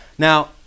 Now